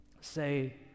say